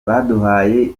baduhaye